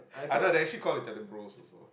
I know they actually call each other bros also